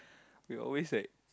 we were always like